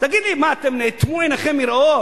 תגיד לי, מה, נאטמו עיניכם מראות?